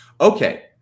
Okay